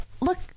look